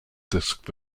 disc